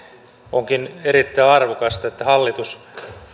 onkin erittäin arvokasta että hallitus